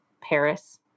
Paris